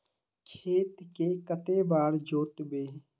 खेत के कते बार जोतबे?